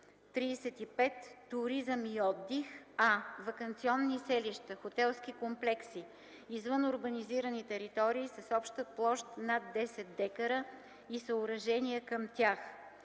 35. Туризъм и отдих: а) ваканционни селища, хотелски комплекси извън урбанизирани територии с обща площ над 10 дка и съоръжения към тях;